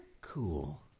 Cool